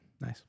Nice